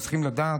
צריכים לדעת